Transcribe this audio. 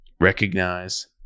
recognize